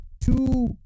two